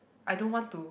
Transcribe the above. I don't want to